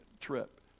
trip